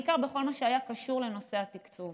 בעיקר בכל מה שהיה קשור לנושא התקצוב.